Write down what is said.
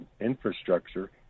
infrastructure